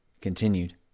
Continued